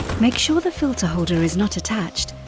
make sure the filter holder is not attached